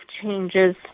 changes